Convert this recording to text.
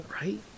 Right